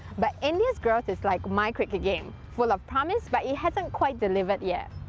but india's growth is like my cricket game full of promise, but it hasn't quite delivered yet.